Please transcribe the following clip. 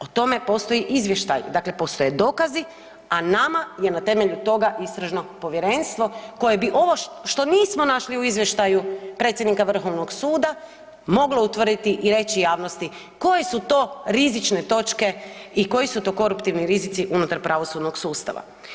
O tome postoje izvještaji, dakle postoje dokazi, a nama je na temelju toga istražno povjerenstvo koje bi ovo što nismo našli u izvještaju predsjednika Vrhovnog suda moglo utvrditi i reći javnosti koje su to rizične točke i koji su koruptivni rizici unutar pravosudnog sustava.